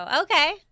Okay